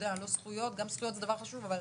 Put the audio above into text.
גם זכויות זה דבר חשוב, אבל